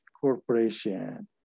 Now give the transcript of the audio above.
corporation